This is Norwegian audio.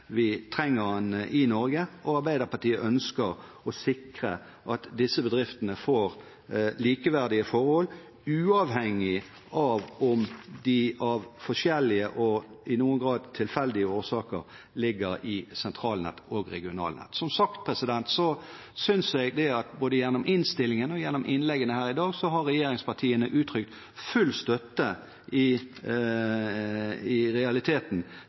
vi trenger den i Norge. Arbeiderpartiet ønsker å sikre at disse bedriftene får likeverdige forhold, uavhengig av om de av forskjellige – og i noen grad tilfeldige – årsaker ligger i sentralnett eller i regionalnett. Som sagt synes jeg at både gjennom innstillingen og gjennom innleggene her i dag har regjeringspartiene i realiteten uttrykt full støtte